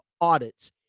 audits